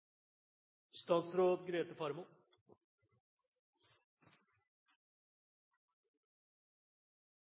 statsråd Grete Faremo